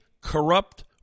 corrupt